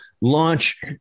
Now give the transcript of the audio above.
launch